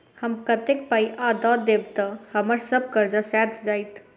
हम कतेक पाई आ दऽ देब तऽ हम्मर सब कर्जा सैध जाइत?